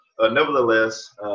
Nevertheless